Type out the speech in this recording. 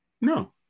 No